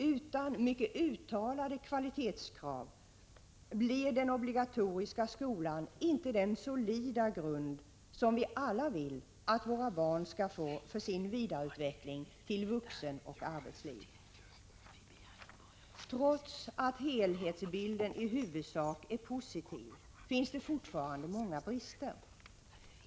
Utan mycket uttalade kvalitetskrav blir den obligatoriska skolan inte den solida grund som vi alla vill att våra barn skall få för sin vidareutveckling till vuxenoch arbetsliv. Trots att helhetsbilden i huvudsak är positiv finns det fortfarande många brister.